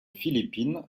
philippine